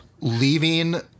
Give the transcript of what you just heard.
leaving